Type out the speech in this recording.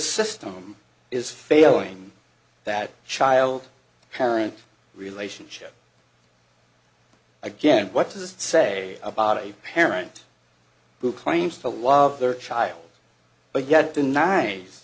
system is failing that child parent relationship again what does it say about a parent who claims to love their child but yet the ni